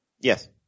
Yes